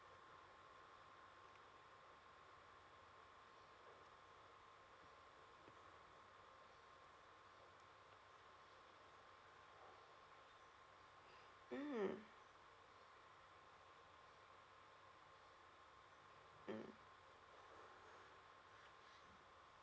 mm mm